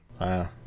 Wow